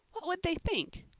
what would they think?